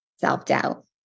Self-doubt